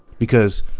because,